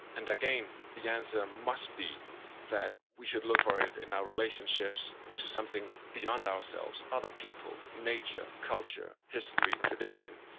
and again, the answer must be that we should look for it in our relationships to something beyond ourselves other people, nature, culture, history, tradition,